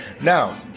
Now